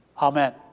Amen